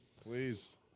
Please